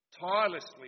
tirelessly